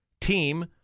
team